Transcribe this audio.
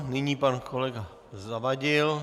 Nyní pan kolega Zavadil.